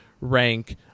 rank